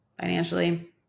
financially